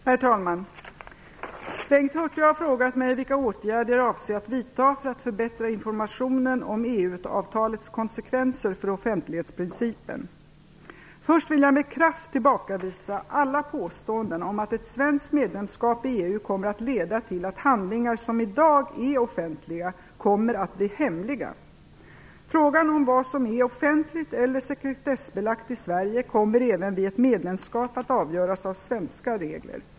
Herr talman! Bengt Hurtig har frågat mig vilka åtgärder jag avser att vidta för att förbättra informationen om EU-avtalets konsekvenser för offentlighetsprincipen. Först vill jag med kraft tillbakavisa alla påståenden om att ett svenskt medlemskap i EU kommer att leda till att handlingar som i dag är offentliga kommer att bli hemliga. Frågan om vad som är offentligt eller sekretessbelagt i Sverige kommer även vid ett medlemskap att avgöras av svenska regler.